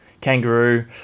kangaroo